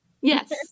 Yes